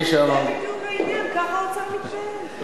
זה בדיוק העניין, ככה האוצר מתנהל.